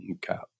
cap